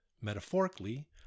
metaphorically